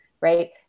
Right